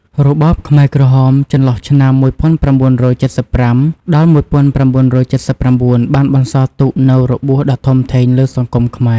របបខ្មែរក្រហមចន្លោះឆ្នាំ១៩៧៥ ដល់១៩៧៩ បានបន្សល់ទុកនូវរបួសដ៏ធំធេងលើសង្គមខ្មែរ រួមទាំងការបំផ្លិចបំផ្លាញប្រពៃណីវប្បធម៌ និងសិល្បៈយ៉ាងដំណំ។